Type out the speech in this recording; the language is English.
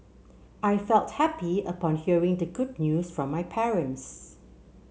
I felt happy upon hearing the good news from my parents